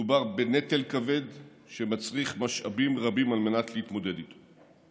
מדובר בנטל כבד שמצריך משאבים רבים על מנת להתמודד איתו.